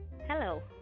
Hello